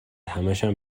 همشم